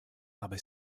aber